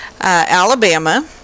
Alabama